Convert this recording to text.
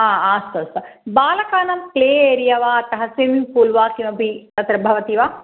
हा अस्तु अस्तु बालकानां प्ले एरिया वा अतः स्विम्मिङ्ग्पूल् वा किमपि अत्र भवति वा